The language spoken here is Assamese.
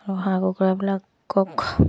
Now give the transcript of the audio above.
আৰু হাঁহ কুকুৰাবিলাকক